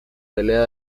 pelea